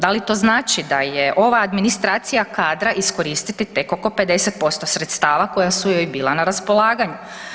Da li to znači da je ova administracija kadra iskoristiti tek oko 50% sredstava koja su joj bila na raspolaganju?